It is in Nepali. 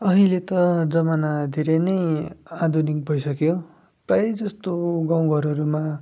अहिले त जमाना धेरै नै आधुनिक भइसक्यो प्रायः जस्तो गाउँ घरहरूमा